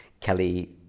Kelly